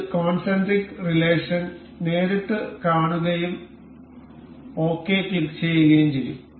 നിങ്ങൾ concentric relation നേരിട്ട് കാണുകയും ഓകെ ക്ലിക്കുചെയ്യുകയും ചെയ്യും